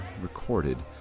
recorded